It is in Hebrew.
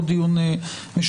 או דיון משותף,